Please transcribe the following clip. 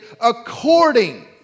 according